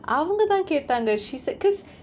அவங்க தான் கேட்டாங்க:avanga thaan kettaanga she said because